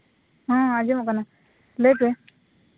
ᱦᱮᱸ ᱟᱸᱡᱚᱢᱚᱜ ᱠᱟᱱᱟ ᱞᱟᱹᱭ ᱯᱮ